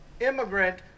immigrant